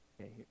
Okay